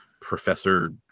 professor